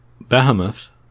Behemoth